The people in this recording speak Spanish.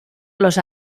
los